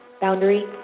Boundary